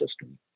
system